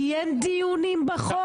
כי אין דיונים בחוק.